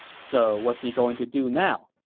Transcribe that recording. so what's he going to do now?